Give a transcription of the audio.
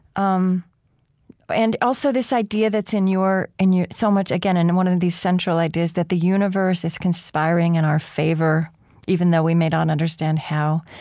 um and also this idea that's in your in your so much, again, in one of these central ideas that the universe is conspiring in our favor even though we may not understand how.